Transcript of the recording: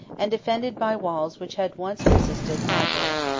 and defended by walls which had once resisted marlborough.